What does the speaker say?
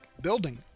building